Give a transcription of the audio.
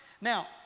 Now